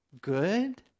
good